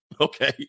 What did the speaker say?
Okay